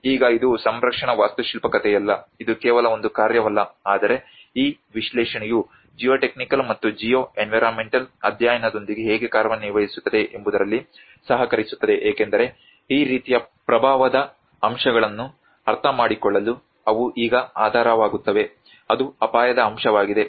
ಈಗ ಇದು ಸಂರಕ್ಷಣಾ ವಾಸ್ತುಶಿಲ್ಪಿ ಕಥೆಯಲ್ಲ ಇದು ಕೇವಲ ಒಂದು ಕಾರ್ಯವಲ್ಲ ಆದರೆ ಈ ವಿಶ್ಲೇಷಣೆಯು ಜಿಯೋಟೆಕ್ನಿಕಲ್ ಮತ್ತು ಜಿಯೋ ಎನ್ವಿರಾನ್ಮೆಂಟಲ್ ಅಧ್ಯಯನದೊಂದಿಗೆ ಹೇಗೆ ಕಾರ್ಯನಿರ್ವಹಿಸುತ್ತದೆ ಎಂಬುದರಲ್ಲಿ ಸಹಕರಿಸುತ್ತದೆ ಏಕೆಂದರೆ ಈ ರೀತಿಯ ಪ್ರಭಾವದ ಅಂಶಗಳನ್ನು ಅರ್ಥಮಾಡಿಕೊಳ್ಳಲು ಅವು ಈಗ ಆಧಾರವಾಗುತ್ತವೆ ಅದು ಅಪಾಯದ ಅಂಶವಾಗಿದೆ